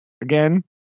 Again